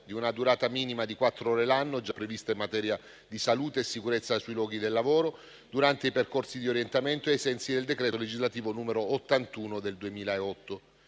di una durata minima di quattro ore l'anno, già prevista in materia di salute e sicurezza sui luoghi di lavoro durante i percorsi di orientamento, ai sensi del decreto legislativo n. 81 del 2008.